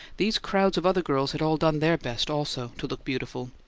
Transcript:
these crowds of other girls had all done their best, also, to look beautiful,